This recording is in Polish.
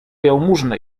jałmużnę